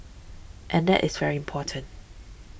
and that is very important